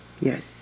Yes